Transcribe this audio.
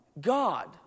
God